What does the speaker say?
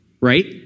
right